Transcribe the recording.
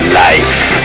life